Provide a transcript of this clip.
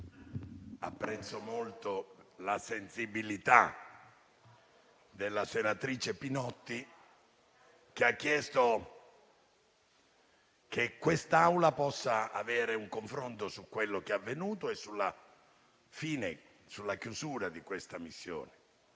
apprezzo molto la sensibilità della senatrice Pinotti, che ha chiesto che l'Assemblea possa avere un confronto su quanto avvenuto e sulla chiusura di questa missione.